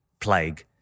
plague